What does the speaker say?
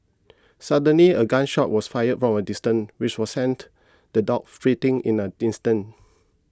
suddenly a gun shot was fired from a distance which were sent the dogs fleeing in a instant